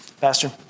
Pastor